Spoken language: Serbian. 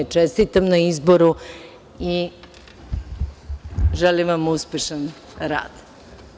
U ime poslanika Narodne skupštine Republike Srbije i u svoje lično ime, čestitam na izboru i želim vam uspešan rad.